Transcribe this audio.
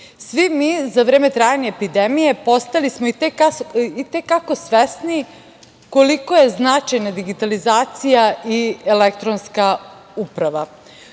Svi mi za vreme trajanja epidemije postali smo i te kako svesni koliko je značajna digitalizacija i elektronska uprava.